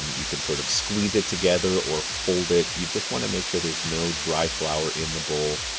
you can sort of squeeze it together or fold it. you just wanna make sure there's no dry flour in the bowl,